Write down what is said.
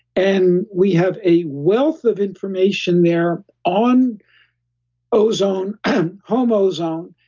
and we have a wealth of information there on ozone, and home ozone,